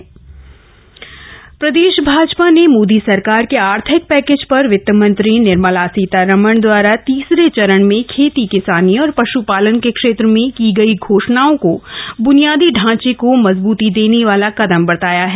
BJP Congress प्रदेश भाजपा ने मोदी सरकार के आर्थिक पैकेज पर वित मंत्री निर्मला सीतारमण दवारा तीसरे चरण में खेती किसानी और पश्पालन के क्षेत्र में की गई घोषणाओं को ब्नियादी ढांचे को मजबूती देने वाला कदम बताया है